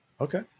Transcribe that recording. Okay